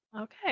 okay